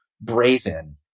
brazen